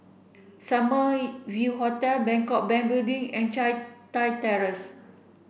Summer View Hotel Bangkok Bank Building and Teck Chye Terrace